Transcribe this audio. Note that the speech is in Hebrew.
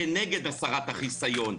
כנגד הסרת החיסיון.